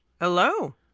Hello